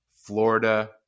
Florida